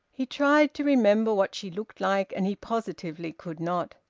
he tried to remember what she looked like, and he positively could not.